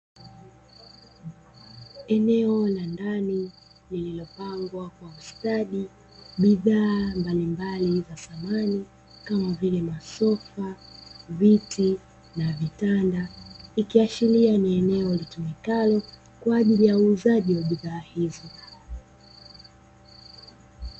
Eneo la ndani lilopangwa kwa ustadi, bidhaa mbalimbali za samani kama vile masofa, viti na vitanda. Ikiashiria ni eneo litumikalo kwa ajili ya uzaji wa bidhaa hizo.